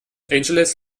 angeles